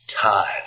time